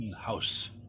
house